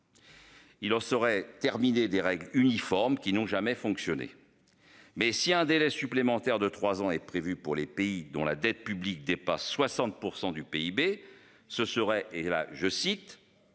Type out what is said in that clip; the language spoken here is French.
Il serait terminé des règles uniformes qui n'ont jamais fonctionné. Mais si un délai supplémentaire de trois ans est prévu pour les pays dont la dette publique dépasse 60% du PIB. Ce serait et là je cite.